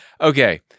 Okay